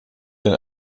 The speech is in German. denn